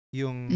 yung